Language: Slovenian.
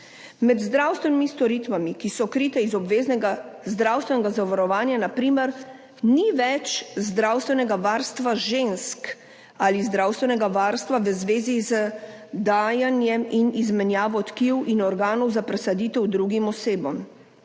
Med zdravstvenimi storitvami, ki so krite iz obveznega zdravstvenega zavarovanja, na primer ni več zdravstvenega varstva žensk ali zdravstvenega varstva v zvezi z dajanjem in izmenjavo tkiv in organov za presaditev drugim osebam.